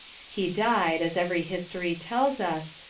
he died, as every history tells us,